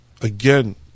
again